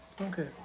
Okay